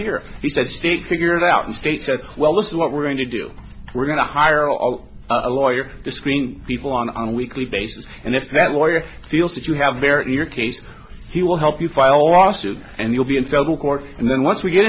here he said stick figure that the state said well this is what we're going to do we're going to hire out a lawyer to screen people on on a weekly basis and if that lawyer feels that you have a very clear case he will help you file a lawsuit and you'll be in federal court and then once we get